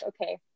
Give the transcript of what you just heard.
okay